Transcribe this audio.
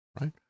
right